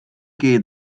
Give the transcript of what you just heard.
keer